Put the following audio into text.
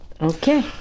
okay